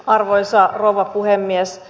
arvoisa rouva puhemies